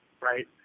right